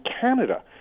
Canada